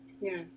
Yes